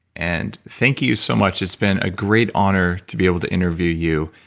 and thank you so much, it's been a great honor to be able to interview you,